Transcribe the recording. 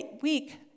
week